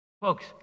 Folks